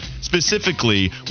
specifically